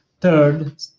Third